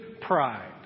pride